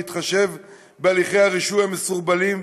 בהתחשב בהליכי הרישוי המסורבלים,